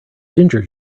ginger